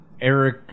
Eric